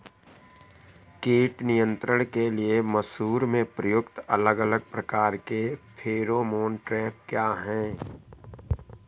कीट नियंत्रण के लिए मसूर में प्रयुक्त अलग अलग प्रकार के फेरोमोन ट्रैप क्या है?